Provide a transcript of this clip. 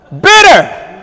Bitter